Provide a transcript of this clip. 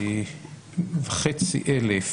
יש 13,500